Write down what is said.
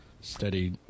steady